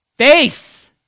Faith